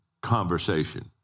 conversation